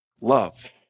Love